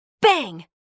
Bang